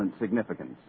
significance